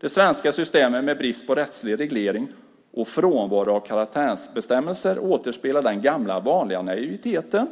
Det svenska systemet med brist på rättslig reglering och frånvaro av karantänsbestämmelser återspeglar den gamla vanliga naiviteten